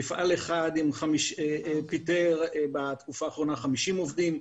מפעל אחד פיטר בתקופה האחרונה 50 עובדים,